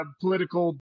political